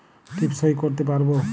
টিপ সই করতে পারবো?